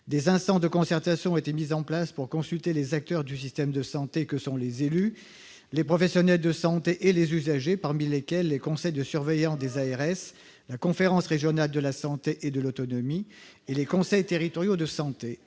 Des instances de concertation ont été mises en place pour consulter les acteurs du système de santé que sont les élus, les professionnels de santé et les usagers, parmi lesquels les conseils de surveillance des ARS, la conférence régionale de santé et de l'autonomie et les conseils territoriaux de santé.